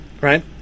right